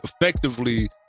effectively